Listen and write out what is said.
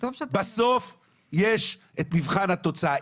בסוף יש את מבחן התוצאה.